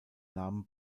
namen